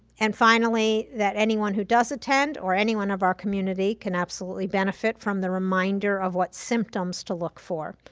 and finally, that anyone who does attend or anyone of our community can absolutely benefit from the reminder of what symptoms to look for.